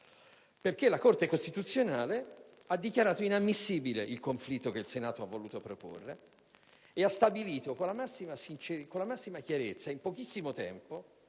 perché la Corte costituzionale ha dichiarato inammissibile il conflitto che il Senato ha proposto e, con la massima chiarezza e in pochissimo tempo,